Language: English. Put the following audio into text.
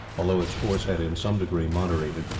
although its force had in some degree moderated.